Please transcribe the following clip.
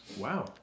Wow